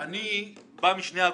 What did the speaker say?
אני בא משני הגופים: